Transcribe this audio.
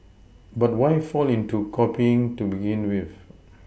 but why fall into copying to begin with